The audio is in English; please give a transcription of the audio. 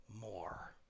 more